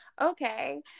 okay